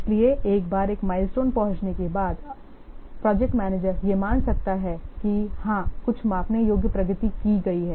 इसलिए एक बार एक माइलस्टोन पहुँचने के बाद प्रोजेक्ट मैनेजर यह मान सकता है कि हाँ कुछ मापने योग्य प्रगति की गई है